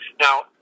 Now